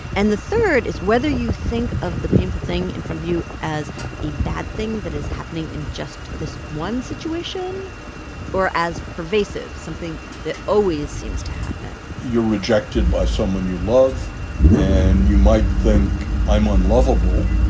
and the third is whether you think of the painful thing in front of you as a bad thing that is happening in just this one situation or as pervasive something that always seems to happen you're rejected by someone you love and you might think, i'm unlovable.